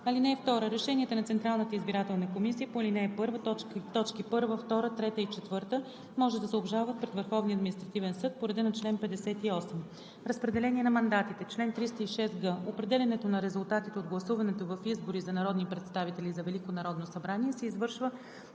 (2) Решенията на Централната избирателна комисия по ал. 1, т. 1, 2, 3 и 4 може да се обжалват пред Върховния административен съд по реда на чл. 58. Разпределение на мандатите Чл. 306г. Определянето на резултатите от гласуването в избори за народни представители за Велико народно събрание се извършва